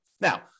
Now